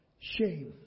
Shame